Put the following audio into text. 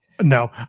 no